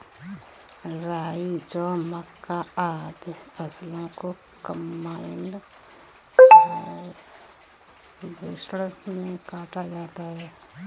राई, जौ, मक्का, आदि फसलों को कम्बाइन हार्वेसटर से काटा जाता है